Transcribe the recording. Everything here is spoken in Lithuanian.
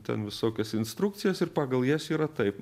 ten visokias instrukcijas ir pagal jas yra taip